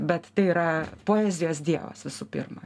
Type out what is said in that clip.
bet tai yra poezijos dievas visų pirma